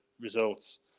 results